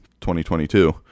2022